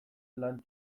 lan